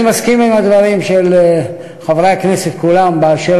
אני מסכים לדברים של חברי הכנסת כולם באשר